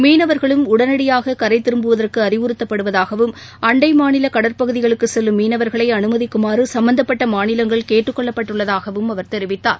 மீனவர்களும் உடனடியாககரைதிரும்புவதற்குஅறிவுறுத்தப்படுவதாகவும் அண்டைமாநிலகடற்பகுதிகளுக்குசெல்லும் மீனவர்களைஅனுமதிக்குமாறுசம்பந்தப்பட்டமாநிலங்கள் கேட்டுக் கொள்ளப்பட்டுள்ளதாகவும் அவர் தெரிவித்தார்